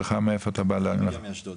אני מאשדוד.